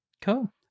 Cool